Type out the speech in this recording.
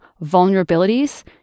vulnerabilities